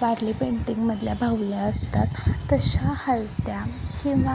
वारली पेंटिंगमधल्या बाहुल्या असतात तशा हलत्या किंवा